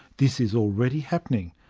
this is already happening,